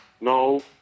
No